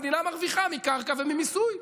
המדינה מרוויחה מקרקע וממיסוי.